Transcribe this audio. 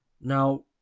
Now